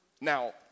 Now